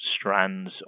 strands